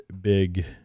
big